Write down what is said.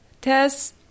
Tess